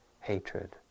hatred